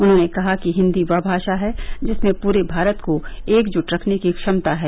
उन्होंने कहा कि हिन्दी वह भाषा है जिसमें पूरे भारत को एकजुट रखने की क्षमता है